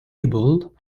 able